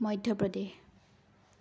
Madhya Pradesh